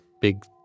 big